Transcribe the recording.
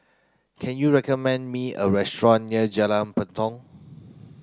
can you recommend me a restaurant near Jalan Tepong